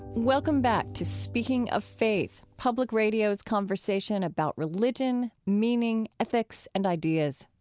welcome back to speaking of faith, public radio's conversation about religion, meaning, ethics and ideas.